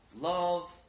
love